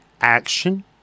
action